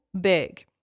big